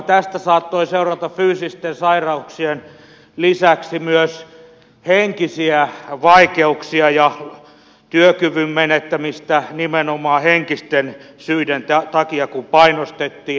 tästä saattoi seurata fyysisten sairauksien lisäksi myös henkisiä vaikeuksia ja työkyvyn menettämistä nimenomaan henkisten syiden takia kun painostettiin